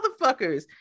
motherfuckers